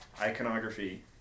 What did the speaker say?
iconography